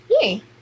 Yay